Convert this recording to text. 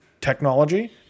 technology